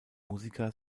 musiker